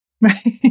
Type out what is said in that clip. Right